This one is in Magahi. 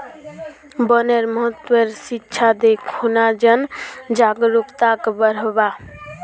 वनेर महत्वेर शिक्षा दे खूना जन जागरूकताक बढ़व्वा